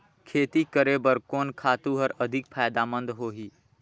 खेती करे बर कोन खातु हर अधिक फायदामंद होही?